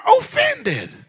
offended